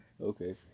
Okay